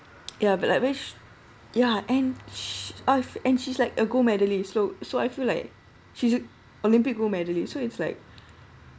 ya but I wish ya and she I fee~ and she's like a gold medalist so so I feel like she's olympic Gold medalist so it's like